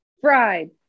fried